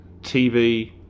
TV